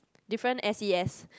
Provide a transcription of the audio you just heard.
different s_e_s